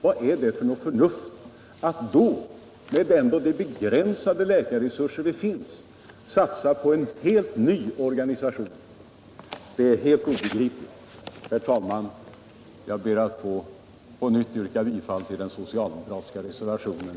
Vad är det för förnuft i att med de begränsade läkarresurser som föreligger satsa på en helt ny privat sjukvårdsorganisation? Herr talman! Jag ber att på nytt få yrka bifall till den socialdemokratiska reservationen.